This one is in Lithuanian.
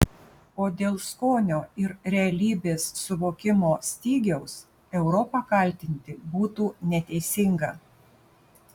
o dėl skonio ir realybės suvokimo stygiaus europą kaltinti būtų neteisinga